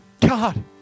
God